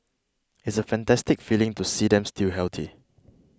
it's a fantastic feeling to see them still healthy